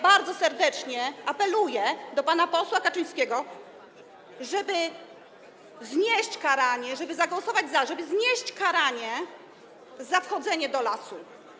Bardzo serdecznie apeluję do pana posła Kaczyńskiego, żeby znieść karanie, żeby zagłosować za, by znieść karanie za wchodzenie do lasu.